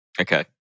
Okay